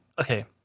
okay